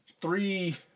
three